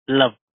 love